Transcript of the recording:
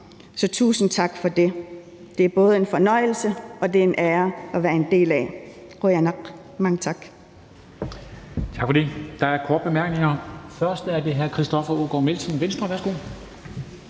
Så tusind tak for det. Det er både en fornøjelse og en ære at være en del af. Qujanaq. Mange tak.